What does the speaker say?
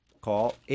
call